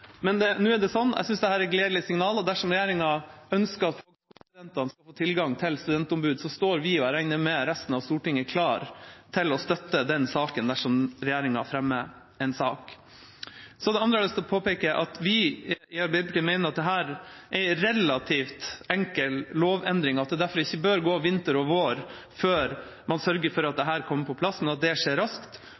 Men nå er det slik, jeg synes dette er gledelige signal, og dersom regjeringa ønsker at studentene skal få tilgang til studentombud, står vi, og jeg regner med resten av Stortinget, klar til å støtte saken – dersom regjeringa fremmer en sak. Det andre jeg har lyst til å påpeke, er at vi i Arbeiderpartiet mener at dette er en relativt enkel lovendring, og at det derfor ikke bør gå vinter og vår før man sørger for at dette kommer på plass. Det bør skje raskt,